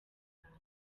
batanu